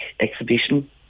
exhibition